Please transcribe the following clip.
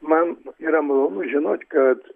man yra malonu žinot kad